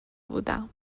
بودم